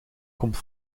komt